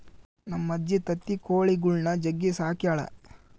ನಮ್ಮಜ್ಜಿ ತತ್ತಿ ಕೊಳಿಗುಳ್ನ ಜಗ್ಗಿ ಸಾಕ್ಯಳ